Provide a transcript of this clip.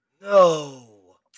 No